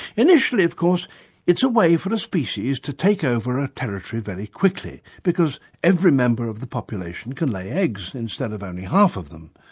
initially of course it's a way for a species to take over a territory very quickly, because every member of the population can lay eggs instead of only half of them.